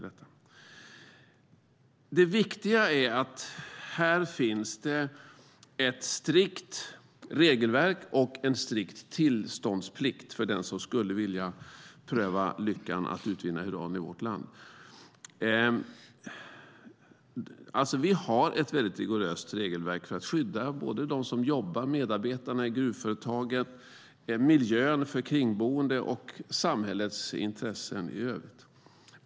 Det viktiga är att det finns ett strikt regelverk och en strikt tillståndsplikt för den som vill pröva lyckan att utvinna uran i vårt land. Vi har ett rigoröst regelverk för att skydda såväl medarbetarna i gruvföretaget och miljön för kringboende som samhällets intressen i övrigt.